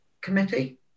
committee